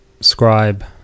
Scribe